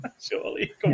Surely